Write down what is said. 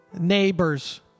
neighbors